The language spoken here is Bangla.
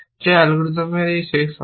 যা অ্যালগরিদমের এই শেষ অংশ